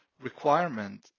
requirement